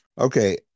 okay